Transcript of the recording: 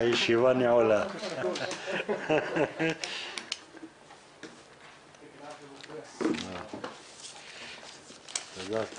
הישיבה ננעלה בשעה 13:10.